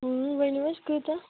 ؤنِو حظ کۭژاہ